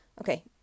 Okay